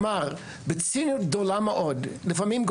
בציניות גדולה מאוד לפעמים,